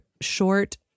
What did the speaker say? short